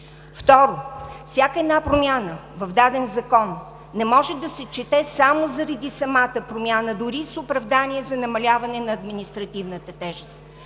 Второ, всяка една промяна в даден закон не може да се чете само заради самата промяна, дори с оправдание за намаляване на административната тежест.